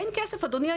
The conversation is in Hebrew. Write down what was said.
אין כסף אדוני היו"ר.